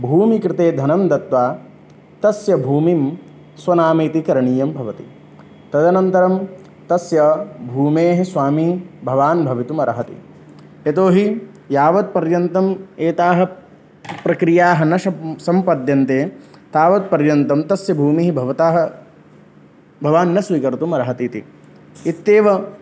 भूमिकृते धनं दत्वा तस्य भूमिं स्वनाम इति करणीयं भवति तदनन्तरं तस्य भूमेः स्वामी भवान् भवितुमर्हति यतोहि यावत् पर्यन्तं एताः प्रक्रियाः न सम् सम्पद्यन्ते तावत् पर्यन्तं तस्य भूमिः भवतः भवान् न स्वीकर्तुमर्हतीति इत्येव